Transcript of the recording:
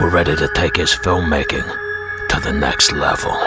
were ready to take his filmmaking to the next level